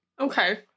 Okay